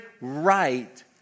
right